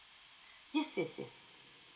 yes yes yes